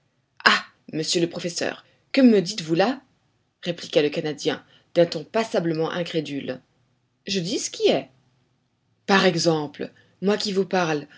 ah monsieur le professeur que me dites-vous là répliqua le canadien d'un ton passablement incrédule je dis ce qui est par exemple moi qui vous parle